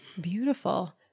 Beautiful